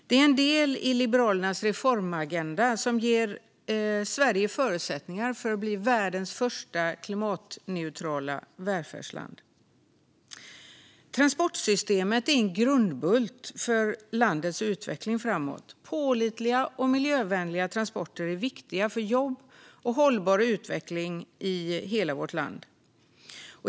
Det är en del i Liberalernas reformagenda som ger Sverige förutsättningar att bli världens första klimatneutrala välfärdsland. Transportsystemet är en grundbult för landets utveckling framåt. Pålitliga och miljövänliga transporter är viktiga för jobb och hållbar utveckling i hela vårt land.